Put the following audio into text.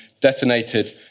detonated